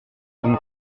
ton